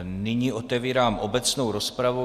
Nyní otevírám obecnou rozpravu.